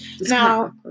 now